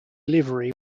livery